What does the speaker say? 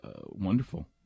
wonderful